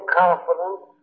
confidence